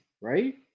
right